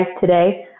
today